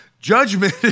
judgment